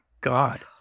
God